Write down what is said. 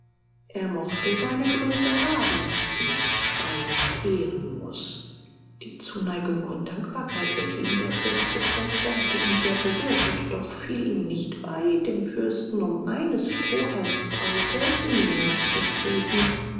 er mochte seine gründe haben die man schweigend ehren muß die zuneigung und dankbarkeit welche ihm der fürst bezeugte hatte ihn sehr gerührt und doch fiel ihm nicht bei dem fürsten um eines strohhalms breite näher zu treten